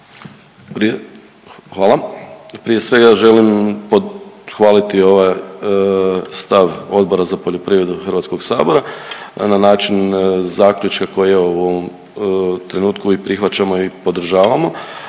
Hvala. Prije svega želim pohvaliti ovaj stav Odbora za poljoprivredu Hrvatskog sabora na način zaključka koji je evo u ovom trenutku i prihvaćamo i podržavamo